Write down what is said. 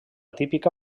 típica